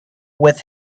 with